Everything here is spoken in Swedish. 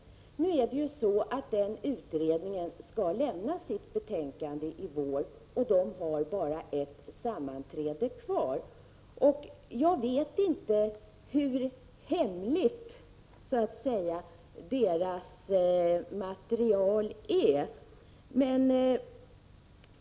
Den utredningen skall lämna sitt betänkande i vår, och man har bara ett sammanträde kvar. Jag vet inte hur så att säga hemligt deras material är.